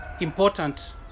important